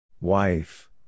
Wife